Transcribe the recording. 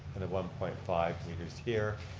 and at one point five meters here.